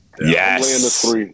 Yes